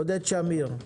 עודד שמיר.